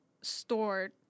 stored